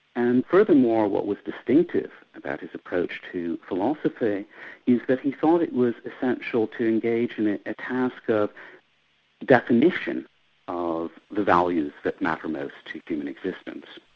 and furthermore what was distinctive about his approach to philosophy is that he thought it was essential to engage in a task of definition of the values that matter most to human existence.